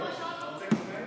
בשעה טובה.